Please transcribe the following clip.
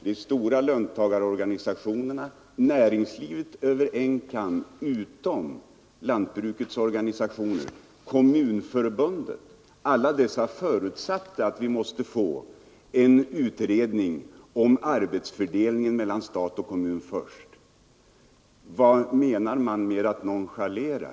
De stora löntagarorganisationerna, näringslivet över en kam utom lantbrukets organisationer och kommunförbunden förutsatte att vi först måste få till stånd en utredning om arbetsfördelningen mellan stat och kommun. Vad menar man med uttrycket nonchalera?